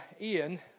Ian